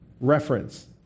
reference